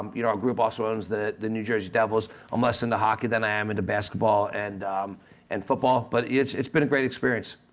you know our group also owns the the new jersey devils. i'm less into hockey than i'm into basketball and and football, but it's it's been a great experience.